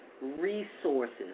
resources